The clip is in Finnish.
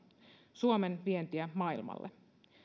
suomen vientiä maailmalle